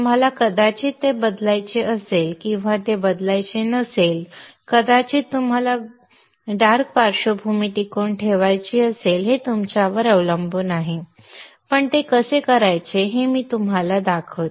तुम्हाला कदाचित ते बदलायचे असेल किंवा तुम्हाला ते बदलायचे नसेल कदाचित तुम्हाला गडद पार्श्वभूमी टिकवून ठेवायची असेल हे तुमच्यावर अवलंबून आहे पण ते कसे करायचे ते मी तुम्हाला दाखवू